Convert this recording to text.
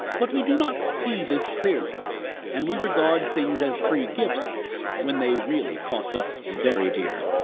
but we do not see this clearly and we regard things as free gifts when they really cost us very dear.